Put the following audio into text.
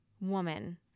woman